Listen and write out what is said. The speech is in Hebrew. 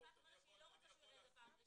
יפעת אומרת שהיא לא רוצה שהוא יראה את זה --- בושה.